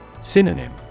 Synonym